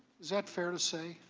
is that fair to say?